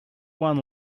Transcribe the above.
one